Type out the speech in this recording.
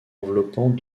enveloppant